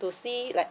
to see like